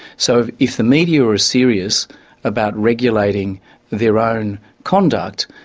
so if the media are serious about regulating their own conduct,